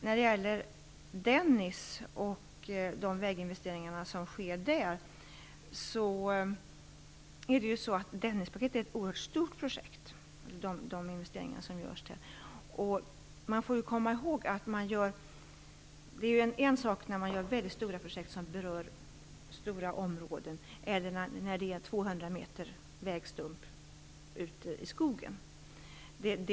När det gäller Dennispaketet och de väginvesteringar som sker där vill jag avslutningsvis säga att det är ett oerhört stort projekt med stora investeringar. Man får komma ihåg att det är en sak när man arbetar med väldigt stora projekt som berör stora områden och en annan sak när det gäller 200 meter vägstump ute i skogen.